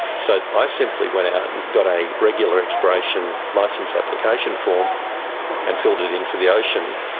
so i simply went out and got a regular exploration licence application form and filled it in for the ocean.